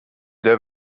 der